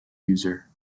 user